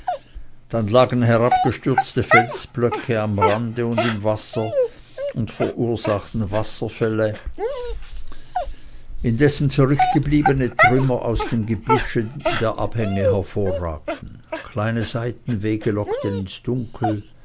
dann lagen herabgestürzte felsblöcke am rande und im wasser und verursachten wasserfälle indessen zurückgebliebene trümmer aus dem gebüsche der abhänge hervorragten kleine seitenwege lockten ins dunkel